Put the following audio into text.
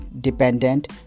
dependent